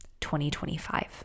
2025